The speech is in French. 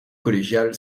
collégiale